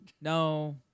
no